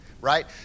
right